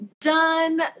done